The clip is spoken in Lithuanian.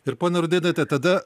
ir ponia rudėnaite tada